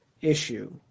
issue